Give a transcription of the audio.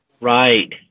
Right